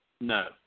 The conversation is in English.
No